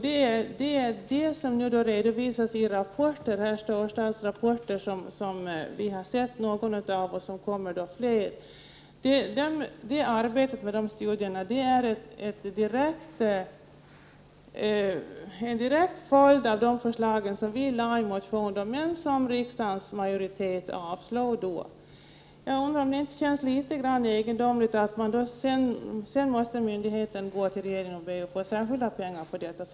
Det sker nu en redovisning i rapporter. Storstadsrapporten har några av oss sett, och det kommer fler. Studiearbetet är en direkt följd av de förslag som vi har framlagt i den motion som riksdagens majoritet avslog vid det ifrågavarande tillfället. Jag undrar om det inte känns litet egendomligt att myndigheten sedan måste vända sig till regeringen för att få särskilda pengar.